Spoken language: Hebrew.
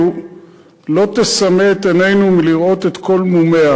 לא תסמא את עינינו מלראות את כל מומיה,